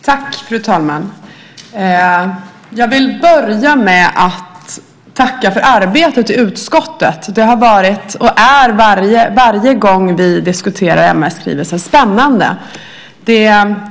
Fru talman! Jag vill börja med att tacka för arbetet i utskottet. Det har varit, och är varje gång vi diskuterar MR-skrivelser, spännande.